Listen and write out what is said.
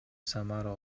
самара